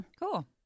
Cool